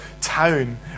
town